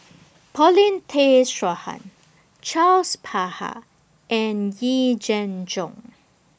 Paulin Tay Straughan Charles Paglar and Yee Jenn Jong